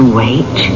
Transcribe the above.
wait